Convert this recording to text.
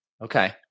Okay